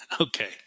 Okay